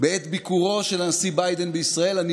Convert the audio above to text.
בעת ביקורו של הנשיא ביידן בישראל אני